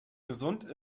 gesund